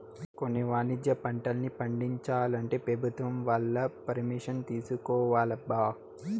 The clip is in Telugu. కొన్ని వాణిజ్య పంటల్ని పండించాలంటే పెభుత్వం వాళ్ళ పరిమిషన్ తీసుకోవాలబ్బా